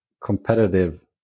competitive